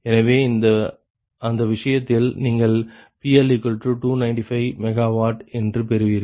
எனவே அந்த விஷயத்தில் நீங்கள் PL295 MW என்று பெறுவீர்கள்